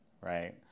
right